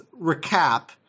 recap